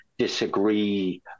disagree